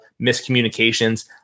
miscommunications